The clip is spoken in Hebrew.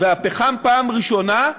והפחם, בפעם הראשונה,